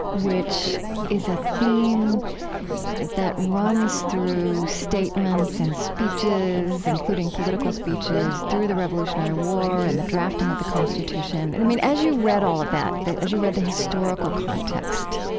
which is a theme that runs through statements and speeches, including political speeches, through the revolutionary war and the drafting of the constitution. and i mean, as you read all of that, as you read the historical context,